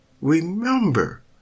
remember